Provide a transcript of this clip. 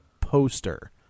poster